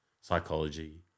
psychology